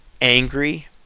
angry